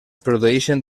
produeixen